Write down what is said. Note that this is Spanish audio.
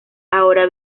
ahora